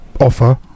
offer